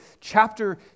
chapter